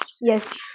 Yes